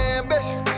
ambition